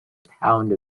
pound